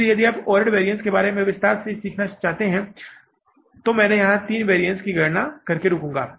इसलिए यदि आप ओवरहेड वैरिअन्स के बारे में विस्तार से सीखना चाहते हैं तो मैं यहां तीन वैरिअन्स की गणना करके रुकूंगा